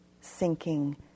sinking